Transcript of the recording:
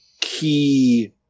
key